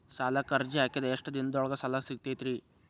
ಸಾಲಕ್ಕ ಅರ್ಜಿ ಹಾಕಿದ್ ಎಷ್ಟ ದಿನದೊಳಗ ಸಾಲ ಸಿಗತೈತ್ರಿ?